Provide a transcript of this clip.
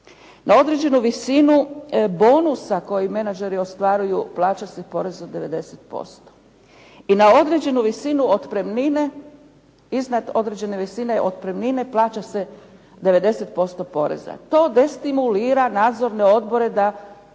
Na određenu visinu bonusa koje menađeri ostvaruju plaća se porez od 90%. I na određenu visinu otpremnine iznad određene visine otpremnine plaća se 90% poreza. To destimulira nadzorne odbore da